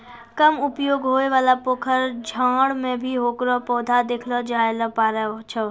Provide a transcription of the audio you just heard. कम उपयोग होयवाला पोखर, डांड़ में भी हेकरो पौधा देखलो जाय ल पारै छो